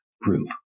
group